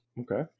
Okay